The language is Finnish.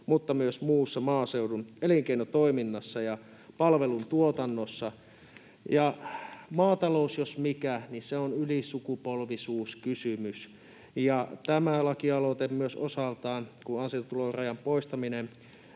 mutta myös muussa maaseudun elinkeinotoiminnassa ja palveluntuotannossa. Ja maatalous, jos mikä, on ylisukupolvisuuskysymys, ja tämä lakiesitys, kun ansiotulorajan poistaminen